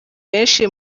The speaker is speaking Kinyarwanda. benshi